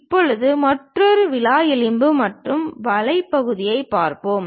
இப்போது மற்றொரு விலா எலும்பு மற்றும் வலைப் பகுதியைப் பார்ப்போம்